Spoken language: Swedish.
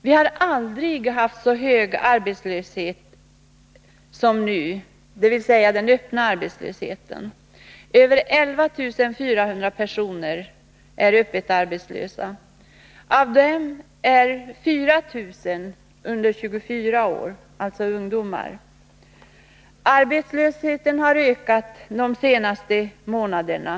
Vi har aldrig haft så hög arbetslöshet som nu — dvs. öppen arbetslöshet. Över 11 400 personer är öppet arbetslösa. Av dem är 4 000 under 24 år — alltså ungdomar. Arbetslösheten har ökat de senaste månaderna.